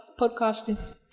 podcasting